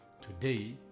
Today